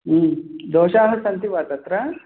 दोषाः सन्ति वा तत्र